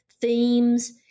themes